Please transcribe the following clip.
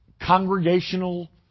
congregational